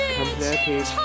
completed